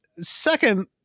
Second